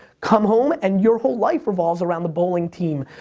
come home and your whole life revolves around the bowling team,